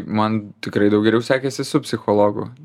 man tikrai daug geriau sekėsi su psichologu